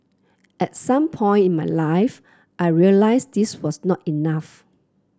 at some point in my life I realised this was not enough